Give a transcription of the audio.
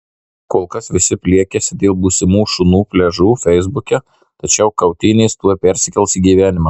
kol kas visi pliekiasi dėl būsimų šunų pliažų feisbuke tačiau kautynės tuoj persikels į gyvenimą